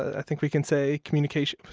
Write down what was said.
i think we can say, communication.